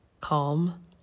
calm